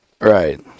right